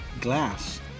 glass